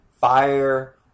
fire